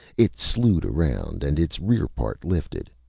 it slued around, and its rear part lifted.